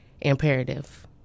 imperative